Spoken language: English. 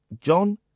John